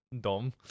Dom